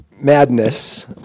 Madness